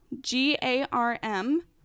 G-A-R-M